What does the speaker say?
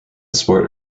sport